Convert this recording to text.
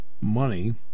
money